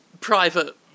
private